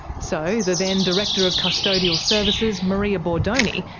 so the then director of custodial services, maria bordoni,